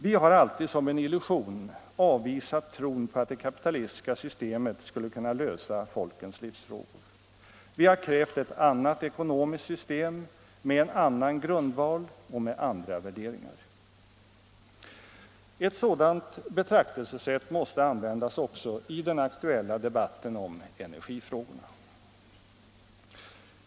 Vi har alltid som en illusion avvisat tron på att det kapitalistiska systemet skulle kunna lösa folkens livsfrågor. Vi har krävt ett annat ekonomiskt system med en annan grundval och med andra värderingar. Ett sådant betraktelsesätt måste användas också i den aktuella debatten om energifrågorna.